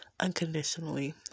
unconditionally